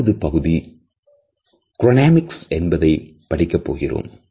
ஆறாவது பகுதி குரோநேமிக்ஸ் என்பதைப் படிக்கப் போகிறோம்